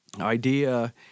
idea